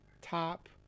top